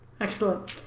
Excellent